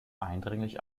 eindringlich